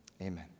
Amen